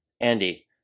Andy